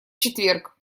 четверг